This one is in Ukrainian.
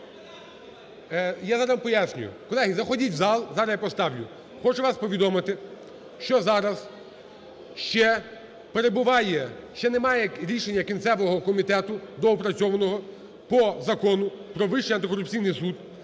Я зараз поясню. Колеги, заходіть у зал, зараз я поставлю. Хочу вас повідомити, що зараз ще перебуває, ще немає рішення кінцевого комітету, доопрацьованого по Закону про Вищий антикорупційний суд.